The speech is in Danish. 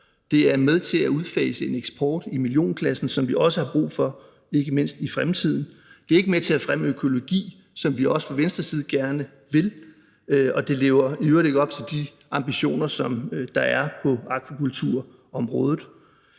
Det er med til at udfase en eksport i millionklassen, som vi også har brug for, ikke mindst i fremtiden. Det er ikke med til at fremme økologi, hvad vi også fra Venstres side gerne vil, og det lever i øvrigt ikke op til de ambitioner, som der er på akvakulturområdet.